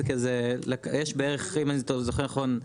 יש בערך אם אני זוכר נכון,